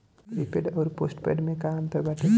Prepaid अउर postpaid में का अंतर बाटे?